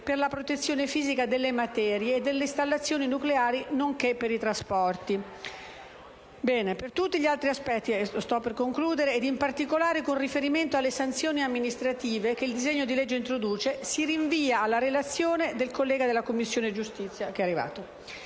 per la protezione fisica delle materie e delle installazioni nucleari nonché per i trasporti. Per tutti gli altri aspetti ed in particolare con riferimento alle sanzioni amministrative che il disegno di legge introduce, si rinvia alla relazione del collega della Commissione Giustizia. Si precisa